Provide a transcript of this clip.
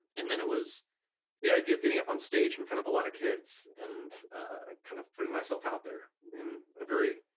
and then it was the idea of getting up in stage in front of a lot of kids and kind of putting myself out there in a very